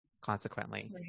consequently